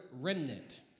remnant